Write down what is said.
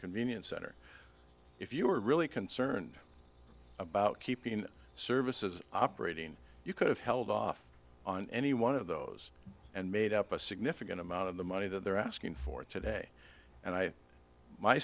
convenience center if you were really concerned about keeping services operating you could have held off on any one of those and made up a significant amount of the money that they're asking for today and i my